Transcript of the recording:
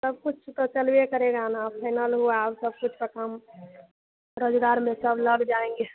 सब कुछ तो चलबे करेगा न अब फेनल हुआ अब सब कुछ का कम रोजगार में सब लग जाएँगे